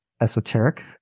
esoteric